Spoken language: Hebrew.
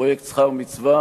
פרויקט שכר מצווה,